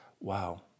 Wow